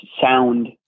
sound